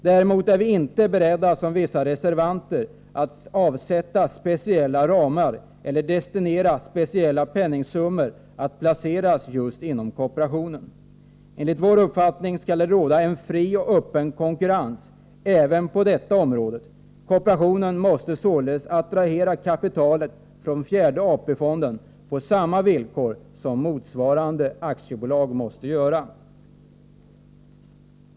Däremot är vi inte beredda att som vissa reservanter reservera speciella medelsramar eller destinera speciella penningsummor för placering i just kooperationen. Enligt vår uppfattning skall det råda fri och öppen konkurrens även på detta område. Kooperationen måste således attrahera kapitalet från fjärde AP-fonden på samma villkor som motsvarande aktiebolag måste göra.